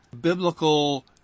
biblical